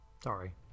Sorry